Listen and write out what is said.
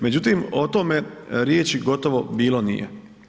Međutim o tome riječi gotovo bilo nije.